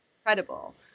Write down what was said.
incredible